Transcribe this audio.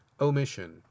omission